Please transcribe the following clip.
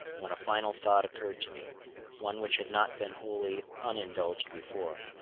when a final thought occurred to me one which had not been wholly unindulged before.